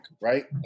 right